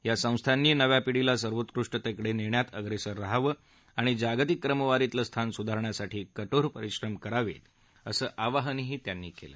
या संस्थांनी नव्या पिढीला सर्वोत्कृष्टतेकडे नेण्यात अग्रेसर रहावं आणि जागतिक क्रमवारीतलं स्थान सुधारण्यासाठी कठोर परिश्रम करावेत असं आवाहन त्यांनी केलं